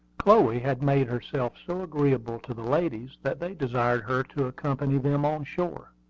chloe had made herself so agreeable to the ladies that they desired her to accompany them on shore.